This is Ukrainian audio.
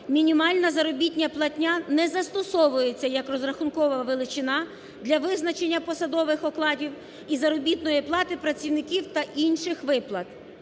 мінімальна заробітна платня не застосовується як розрахункова величина для визначення посадових окладів і заробітної плати працівників та інших виплат.